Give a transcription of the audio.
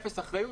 אפס אחריות.